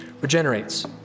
regenerates